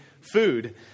food